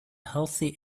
healthy